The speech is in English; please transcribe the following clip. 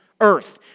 earth